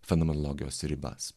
fenomenologijos ribas